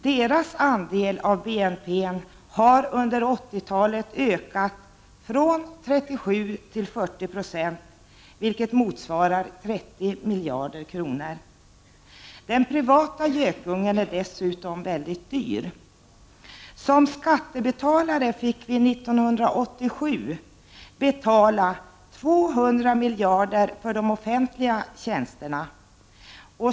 Dess andel av BNP har under 80 talet ökat från 37 till 40 96, vilket motsvarar 30 miljarder kronor. Den privata gökungen är dessutom väldigt dyr. Som skattebetalare fick vi 1987 betala 200 miljarder för de offentliga tjänsterna.